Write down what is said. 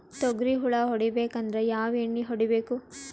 ತೊಗ್ರಿ ಹುಳ ಹೊಡಿಬೇಕಂದ್ರ ಯಾವ್ ಎಣ್ಣಿ ಹೊಡಿಬೇಕು?